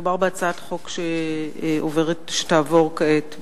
מדובר בהצעת חוק שתעבור כעת,